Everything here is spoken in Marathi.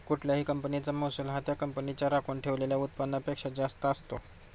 कुठल्याही कंपनीचा महसूल हा त्या कंपनीच्या राखून ठेवलेल्या उत्पन्नापेक्षा जास्त असते